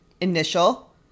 initial